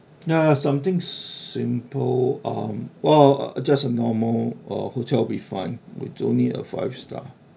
ya something simple um well just a normal uh hotel be fine we don't need a five star